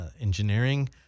engineering